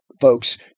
folks